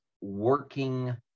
working